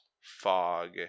fog